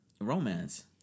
Romance